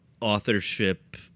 Authorship